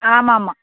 ஆமாமாம்